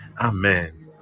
Amen